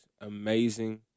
amazing